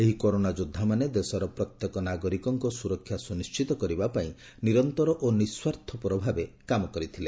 ଏହି କରୋନା ଯୋଦ୍ଧାମାନେ ଦେଶର ପ୍ରତ୍ୟେକ ନାଗରିକଙ୍କ ସୁରକ୍ଷା ସୁନିିିିତ କରିବାପାଇଁ ନିରନ୍ତର ଓ ନିଃସ୍କାର୍ଥପର ଭାବେ କାମ କରିଥିଲେ